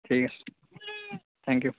ঠিক আছে thank U